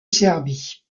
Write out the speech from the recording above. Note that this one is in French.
serbie